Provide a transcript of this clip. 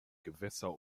gewässer